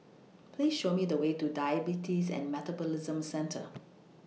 Please Show Me The Way to Diabetes and Metabolism Centre